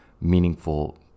meaningful